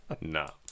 no